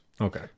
okay